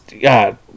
God